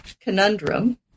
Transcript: conundrum